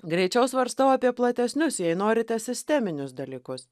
greičiau svarstau apie platesnius jei norite sisteminius dalykus